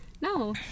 No